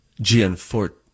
Gianforte